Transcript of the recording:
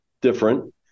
different